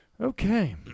Okay